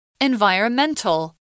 Environmental